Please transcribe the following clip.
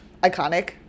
Iconic